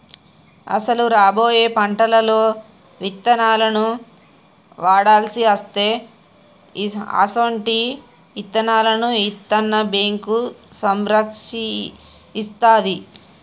అసలు రాబోయే పంటలలో ఇత్తనాలను వాడవలసి అస్తే అసొంటి ఇత్తనాలను ఇత్తన్న బేంకు సంరక్షిస్తాది